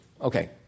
Okay